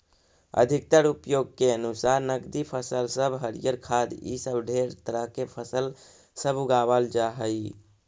अधिकतर उपयोग के अनुसार नकदी फसल सब हरियर खाद्य इ सब ढेर तरह के फसल सब उगाबल जा हई